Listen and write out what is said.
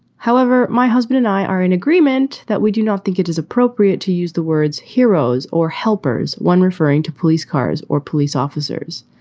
however, my husband and i are in agreement that we do not think it is appropriate to use the words heroes or helpers, one referring to police cars or police officers.